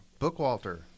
Bookwalter